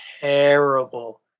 terrible